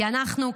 כי אנחנו,